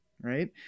right